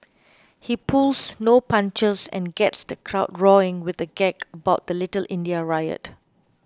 he pulls no punches and gets the crowd roaring with a gag about the Little India riot